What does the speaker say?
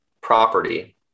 property